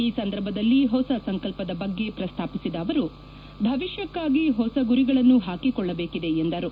ಈ ಸಂದರ್ಭದಲ್ಲಿ ಹೊಸ ಸಂಕಲ್ಪದ ಬಗ್ಗೆ ಪ್ರಸ್ತಾಪಿಸಿದ ಅವರು ಭವಿಷ್ಣಕ್ಕಾಗಿ ಹೊಸ ಗುರಿಗಳನ್ನು ಹಾಕಿಕೊಳ್ಳಬೇಕಿದೆ ಎಂದರು